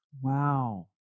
Wow